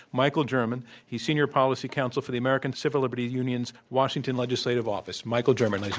michael german. he's senior policy counsel for the american civil liberties union's washington legislative office. michael german, ladies